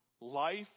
Life